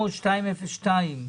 700202,